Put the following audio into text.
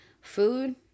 food